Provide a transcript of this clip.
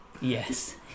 Yes